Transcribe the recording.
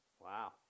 Wow